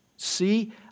See